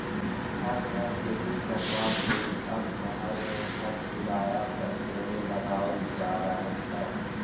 छत पर खेती करबाक लेल आब शहर मे छत किराया पर सेहो लगाओल जा रहल छै